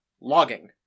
logging